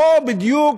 כמו בדיוק,